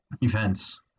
events